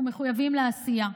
אנחנו מחויבים לעשייה.